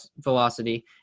velocity